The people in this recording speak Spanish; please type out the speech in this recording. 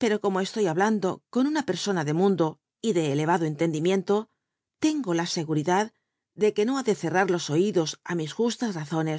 pno omo csloy ha bla ndo con una persona de mumlo y de elevado entendimiento tengo la scguriclad de que no ha de cerrar los oídos it mis justas razone